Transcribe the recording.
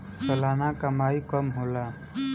सलाना कमाई कम होला